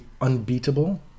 unbeatable